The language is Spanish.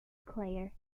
claire